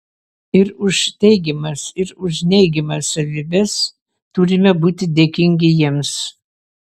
ir už teigiamas ir už neigiamas savybes turime būti dėkingi jiems